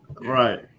Right